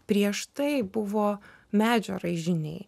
prieš tai buvo medžio raižiniai